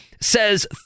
says